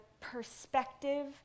perspective